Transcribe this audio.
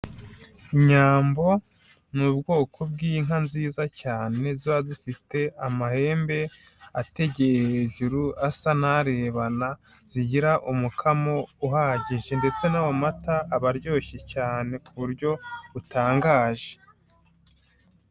Inyambo, ni ubwoko bw'inka nziza cyane zaba zifite amahembe, ategeye hejuru asa n'arebana zigira umukamo uhagije ndetse no mu mata aba aryoshye cyane kuburyo butangaje.